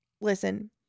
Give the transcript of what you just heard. listen